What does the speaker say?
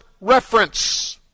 reference